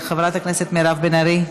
חברת הכנסת מירב בן ארי,